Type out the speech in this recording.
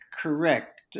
correct